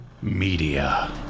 Media